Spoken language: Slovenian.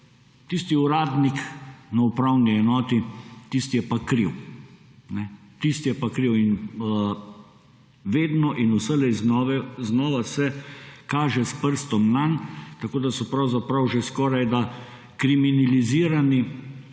Tisti uradnik na upravni enoti, tisti je pa kriv, tisti je pa kriv. In vedno in vselej znova se kaže s prstom nanj, tako da so pravzaprav že skorajda kriminalizirani,